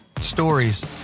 Stories